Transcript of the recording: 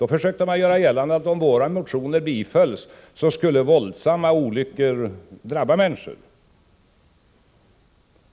Då försökte man göra gällande att om våra motioner bifölls skulle våldsamma olyckor drabba människorna.